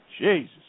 Jesus